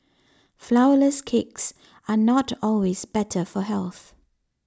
Flourless Cakes are not always better for health